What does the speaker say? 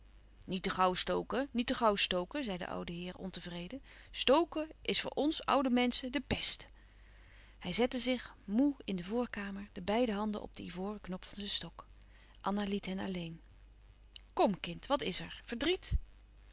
niet te gauw stoken niet te gauw stoken zei de oude heer ontevreden stoken is voor ons oude menschen de pest hij zette zich moê in de voorkamer de beiden handen op den ivoren knop van zijn stok anna liet hen alleen kom kind wat is er verdriet